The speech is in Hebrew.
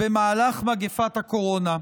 במהלך מגפת הקורונה.